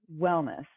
wellness